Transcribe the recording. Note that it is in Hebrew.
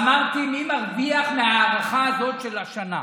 אמרתי: מי מרוויח מהארכה הזאת של השנה?